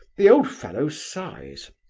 the old fellow sighs.